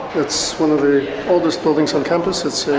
it's one of the oldest buildings on campus, it's